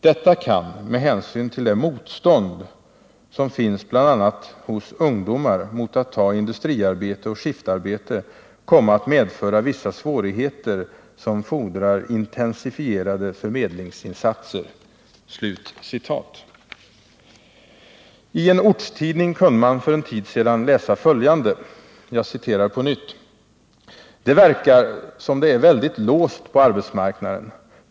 Detta kan, med hänsyn till det motstånd som finns bl.a. hos ungdomar mot att ta industriarbete och skiftarbete, komma att medföra vissa svårigheter som fordrar intensifierade förmedlingsinsatser.” I en ortstidning kunde man för en tid sedan läsa följande: ”Det verkar som det är väldigt låst på arbetsmarknaden.